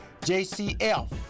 JCF